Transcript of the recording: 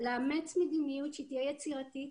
לאמץ מדיניות שהיא תהיה יצירתית,